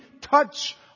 touch